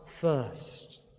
first